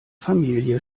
familie